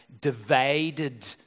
divided